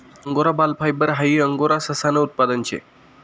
angora बाल fibre हाई angora ससानं उत्पादन शे